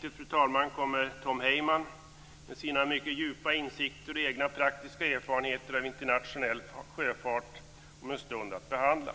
Detta avsnitt kommer Tom Heyman med sina mycket djupa insikter och egna praktiska erfarenheter av internationell sjöfart om en stund att behandla.